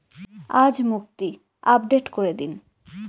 আজ মুক্তি আপডেট করে দিন